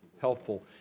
helpful